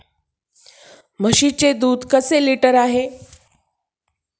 म्हशीचे दूध कसे लिटर आहे?